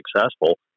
successful